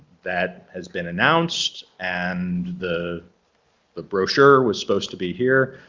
that has been announced and the the brochure was supposed to be here.